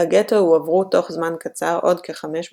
לגטו הועברו תוך זמן קצר עוד כ-500